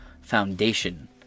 foundation